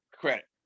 credit